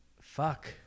fuck